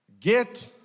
Get